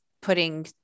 putting